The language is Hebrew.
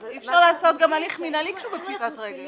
אי אפשר לעשות גם הליך מינהלי כשהוא בפשיטת רגל.